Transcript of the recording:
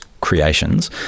creations